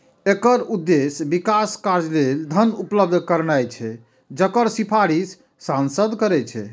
एकर उद्देश्य विकास कार्य लेल धन उपलब्ध करेनाय छै, जकर सिफारिश सांसद करै छै